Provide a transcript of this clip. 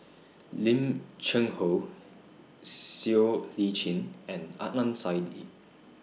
Lim Cheng Hoe Siow Lee Chin and Adnan Saidi